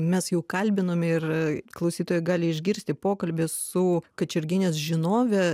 mes jau kalbinome ir klausytojai gali išgirsti pokalbį su kačerginės žinove